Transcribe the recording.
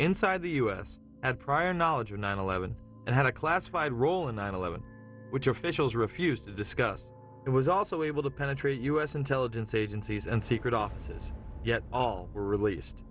inside the u s had prior knowledge or nine eleven and had a classified role in nine eleven which officials refused to discuss it was also able to penetrate u s intelligence agencies and secret offices yet were released